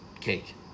cake